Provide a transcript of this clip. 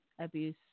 abuse